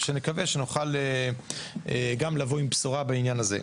שנקווה שנוכל גם לבוא עם בשורה בעניין הזה.